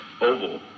oval